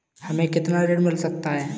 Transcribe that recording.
हमें कितना ऋण मिल सकता है?